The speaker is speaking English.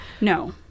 No